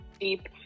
deep